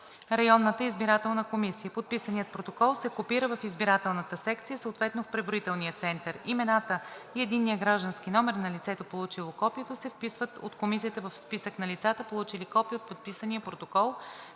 районната избирателна комисия. Подписаният протокол се копира в избирателната секция, съответно в преброителния център. Имената и единният граждански номер на лицето, получило копието, се вписват от комисията в списък на лицата, получили копие от подписания протокол,